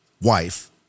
wife